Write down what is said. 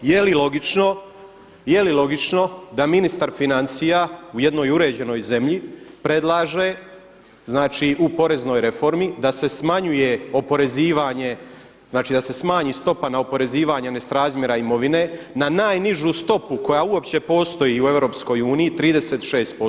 Jeli logično da ministar financija u jednoj uređenoj zemlji predlaže u poreznoj reformi da se smanjuje oporezivanje znači da se smanji stopa na oporezivanje nesrazmjera imovine na najnižu stopu koja uopće postoji u EU 36%